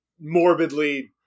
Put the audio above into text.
morbidly